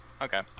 Okay